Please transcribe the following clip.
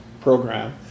program